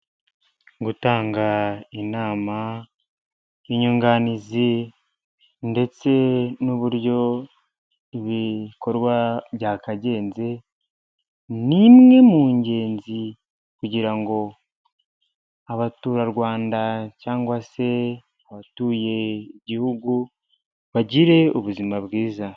Gutanga inama, inyunganizi ndetse n'uburyo ibikorwa byakagenze, ni imwe mu ngenzi kugira ngo abaturarwanda cyangwa se abatuye igihugu bagire ubuzima bwiza.